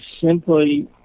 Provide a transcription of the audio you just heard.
simply